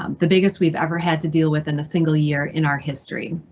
um the biggest we've ever had to deal with in a single year in our history.